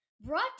brought